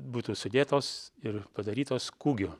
būtų sudėtos ir padarytos kūgio